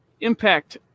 impact